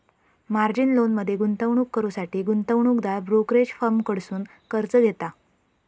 margin लोनमध्ये गुंतवणूक करुसाठी गुंतवणूकदार ब्रोकरेज फर्म कडसुन कर्ज घेता